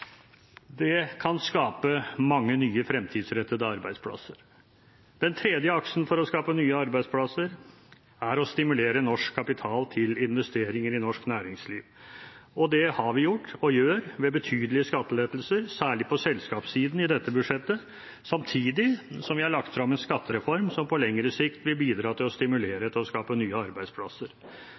Det kan skape mange nye fremtidsrettede arbeidsplasser. Den tredje aksen for å skape nye arbeidsplasser er å stimulere norsk kapital til investeringer i norsk næringsliv. Det har vi gjort, og det gjør vi ved betydelige skattelettelser, særlig på selskapssiden i dette budsjettet, samtidig som vi har lagt frem en skattereform som på lengre sikt vil bidra til å stimulere til å skape nye arbeidsplasser.